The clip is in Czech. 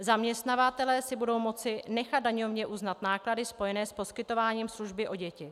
Zaměstnavatelé si budou moci nechat daňově uznat náklady spojené s poskytováním služby o děti.